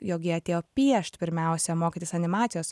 jog ji atėjo piešt pirmiausia mokytis animacijos